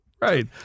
Right